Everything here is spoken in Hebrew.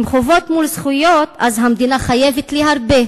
אם חובות מול זכויות, אז המדינה חייבת לי הרבה.